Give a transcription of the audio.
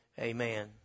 Amen